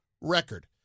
record